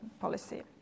policy